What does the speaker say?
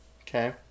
Okay